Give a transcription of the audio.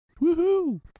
Woohoo